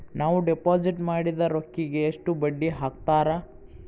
ನಾವು ಡಿಪಾಸಿಟ್ ಮಾಡಿದ ರೊಕ್ಕಿಗೆ ಎಷ್ಟು ಬಡ್ಡಿ ಹಾಕ್ತಾರಾ?